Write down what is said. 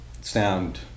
sound